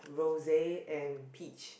rose and peach